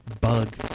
bug